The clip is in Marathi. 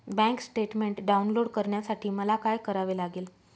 बँक स्टेटमेन्ट डाउनलोड करण्यासाठी मला काय करावे लागेल?